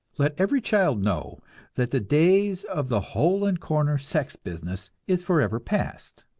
let every child know that the days of the hole-and-corner sex business is forever past,